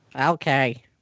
Okay